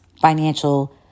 financial